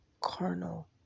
carnal